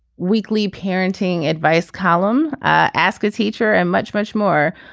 weekly parenting advice column ask a teacher and much much more.